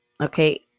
Okay